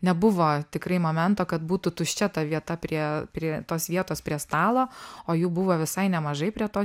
nebuvo tikrai momento kad būtų tuščia ta vieta prie prie tos vietos prie stalo o jų buvo visai nemažai prie to